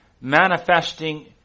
manifesting